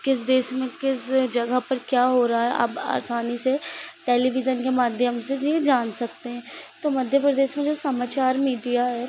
किस देश में किस जगह पर क्या हो रहा है अब आसानी से टेलीविज़न के माध्यम से यह जान सकते हैं तो मध्य प्रदेश में जो समाचार मीडिया है